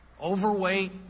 overweight